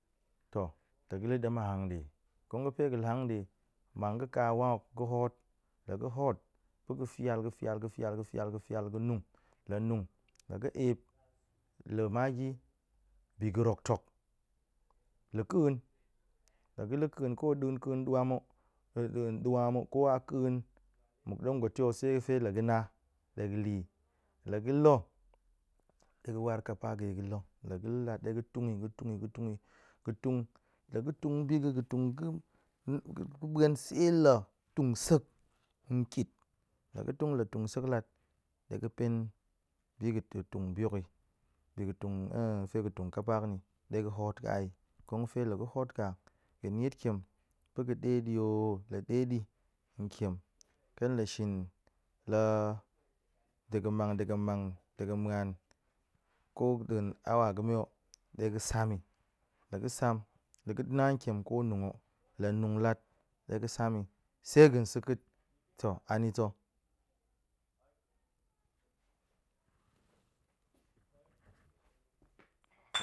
To, ta̱ ga̱ la̱ ɗem a hanɗe kong ga̱fe ga̱ la̱ hanɗe, mang ga̱ ka wang hook ga̱ hoot, la ga̱ hoot, pa̱ ga̱ fiyal ga̱ fiyal, ga̱ fiyal, ga fiyal, ga̱ fiyal, ga̱ nung, la nung, la ga̱ ep, la̱ magi bi ga̱ rok tok, la̱ ƙeen, la ga̱ la̱ ƙeen ko ɗa̱a̱n duam hok ko a ƙeen muk dangote hoh se fe la ga̱ na, ɗe ga̱ la̱ yi, la ga̱ la̱ ɗe ga̱ war kapa ga̱ yi ga̱ la̱, la ga̱ la̱ lat, ɗe ga̱ tung yi ga̱ tung yi ga̱ tung yi ga̱ tung, la ga̱ tung bi ga̱ ga̱ tung ga̱ ɓuen se la tung sek ntit, la ga̱ tung la tung sek lat, ɗe ga̱ pen bi ga̱ tung bi hok yi, bi ga̱ tung fe ga̱ tung kapa hok ni ɗe ga̱ hoot ka yi, kong ga̱fe la ga̱ hoot ka, ga̱ niet tiem, pa̱ ga̱ ɗe di yoooo la ɗe di nkiem ƙen la shin la ɗe ga̱n mang ɗe ga̱n mang ɗe ga̱n muan ko ɗa̱a̱n hour ga̱me hok, ɗe ga̱ sam yi, la ga̱ sam, la ga̱ na tiem ko nung hok, la nung lat ɗe ga̱ sam yi, se ga̱n sa̱ ḳa̱a̱t. to anita̱